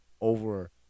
over